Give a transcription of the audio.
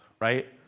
right